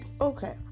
okay